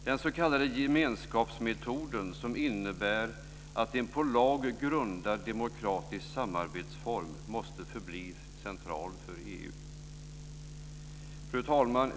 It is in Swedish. Den s.k. gemenskapsmetoden, som innebär en på lag grundad demokratisk samarbetsform, måste förbli central för EU. Fru talman!